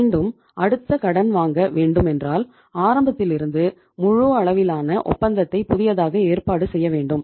மீண்டும் அடுத்த கடன் வாங்க வேண்டும் என்றால் ஆரம்பத்திலிருந்து முழு அளவிலான ஒப்பந்தத்தை புதியதாக ஏற்பாடு செய்ய வேண்டும்